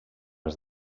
els